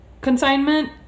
consignment